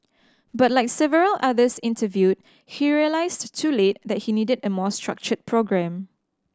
but like several others interviewed he realised too late that he needed a more structured programme